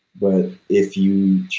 but if you